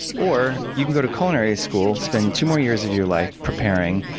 or you can go to culinary school, spend two more years of your life preparing,